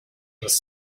was